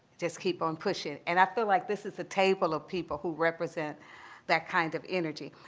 just keep on pushing. and i feel like this is a table of people who represent that kind of energy.